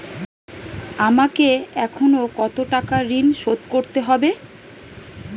আমাকে এখনো কত টাকা ঋণ শোধ করতে হবে?